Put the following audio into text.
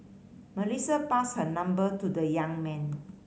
Melissa passed her number to the young man